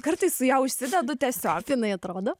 kartais ją užsidedu tiesiog jinai atrodo